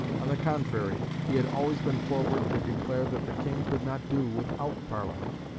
on the contrary, he had always been forward to declare that the king could not do without parliament,